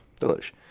Delish